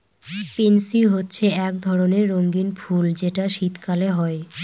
pansy হচ্ছে এক ধরণের রঙ্গীন ফুল যেটা শীতকালে হয়